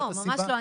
ממש לא,